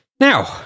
Now